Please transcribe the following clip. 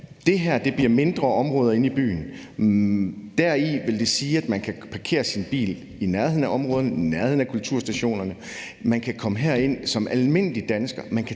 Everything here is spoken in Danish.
Det her bliver mindre områder inde i byen, hvor man kan parkere sin bil i nærheden af områderne, i nærheden af kulturinstitutionerne. Man kan komme herind som almindelig dansker,